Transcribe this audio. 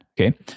okay